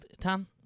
Tom